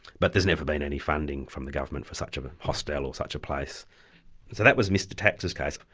but there's never been any funding from the government for such a but hostel, or such a place. so that was mr tacks's case.